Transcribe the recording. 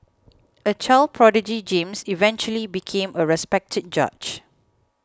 a child prodigy James eventually became a respected judge